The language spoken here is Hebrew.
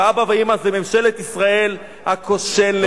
ואבא ואמא זה ממשלת ישראל הכושלת,